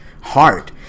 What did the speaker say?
heart